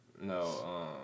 No